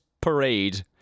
Parade